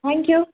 thank you